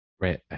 Right